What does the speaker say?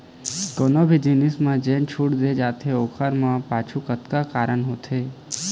कोनो भी जिनिस म जेन छूट दे जाथे ओखर पाछू कतको कारन होथे